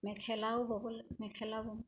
মেখেলাও বহল মেখেলা বওঁ